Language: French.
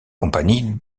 compagnies